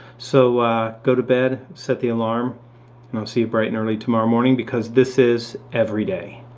so go to bed, set the alarm, and i'll see you bright and early tomorrow morning because this is every day.